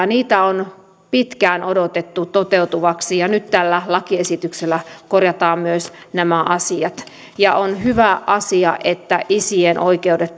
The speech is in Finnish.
niitä on pitkään odotettu toteutuvaksi ja nyt tällä lakiesityksellä korjataan myös nämä asiat on hyvä asia että isien oikeudet